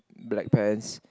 black pants